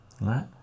right